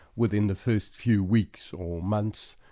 within the first few weeks or months,